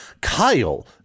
Kyle